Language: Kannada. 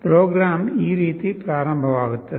ಪ್ರೋಗ್ರಾಂ ಈ ರೀತಿ ಪ್ರಾರಂಭವಾಗುತ್ತದೆ